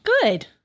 Good